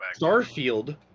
Starfield